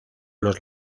los